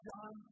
John